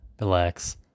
relax